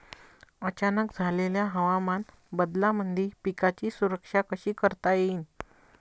अचानक झालेल्या हवामान बदलामंदी पिकाची सुरक्षा कशी करता येईन?